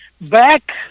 Back